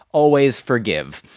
always forgive.